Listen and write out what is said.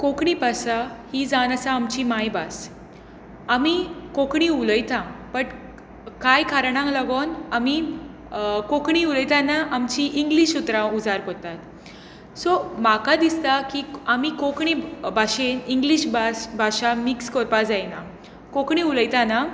कोंकणी भाशा ही जावन आसा आमची मायभास आमी कोंकणी उलयता बट कांय कारणांक लागून आमी कोंकणी उलयतना आमची इंग्लीश उतरां उजार करतात सो म्हाका दिसता की आमी कोंकणी भाशेन इंग्लीश भास भाशा मिक्स करपाक जायना कोंकणी उलयतना